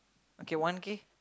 okay one K